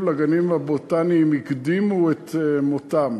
לגנים הבוטניים הקדימו לחזות את מותם.